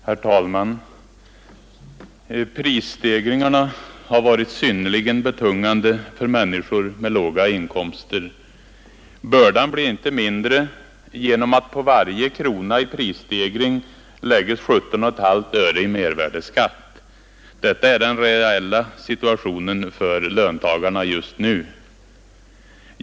Herr talman! Prisstegringarna har varit synnerligen betungande för människor med låga inkomster. Bördan blir inte lättare genom att på varje krona i prisstegring läggs 17,5 öre i mervärdeskatt. Detta är den reella situationen för löntagarna just nu.